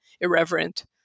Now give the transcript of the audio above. irreverent